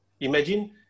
Imagine